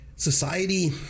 Society